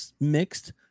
mixed